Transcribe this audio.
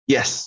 Yes